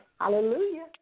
Hallelujah